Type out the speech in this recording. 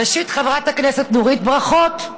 ראשית, חברת הכנסת נורית, ברכות,